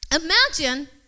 imagine